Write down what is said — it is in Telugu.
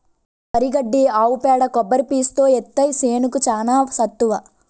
వరి గడ్డి ఆవు పేడ కొబ్బరి పీసుతో ఏత్తే సేనుకి చానా సత్తువ